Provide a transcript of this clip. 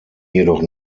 jedoch